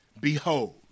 Behold